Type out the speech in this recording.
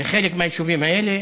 בחלק מהיישובים האלה,